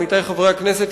עמיתי חברי הכנסת,